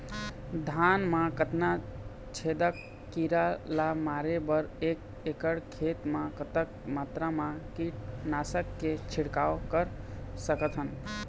धान मा कतना छेदक कीरा ला मारे बर एक एकड़ खेत मा कतक मात्रा मा कीट नासक के छिड़काव कर सकथन?